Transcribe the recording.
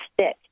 stick